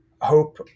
hope